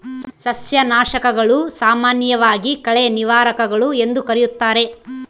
ಸಸ್ಯನಾಶಕಗಳು, ಸಾಮಾನ್ಯವಾಗಿ ಕಳೆ ನಿವಾರಕಗಳು ಎಂದೂ ಕರೆಯುತ್ತಾರೆ